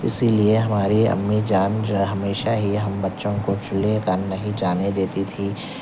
اسی لیے ہماری امی جان جو ہے ہمیشہ ہی ہم بچوں کو چولہے کنے نہیں جانے دیتی تھی